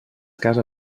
casa